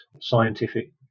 scientific